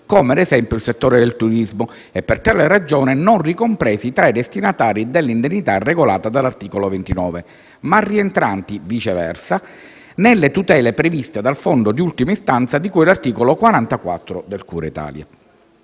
come ad esempio il settore del turismo e, per tale ragione, non ricompresi tra i destinatari dell'indennità regolata dall'articolo 29, ma rientranti, viceversa, nelle tutele previste dal Fondo per il reddito di ultima istanza, di cui all'articolo 44 del decreto-legge